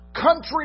country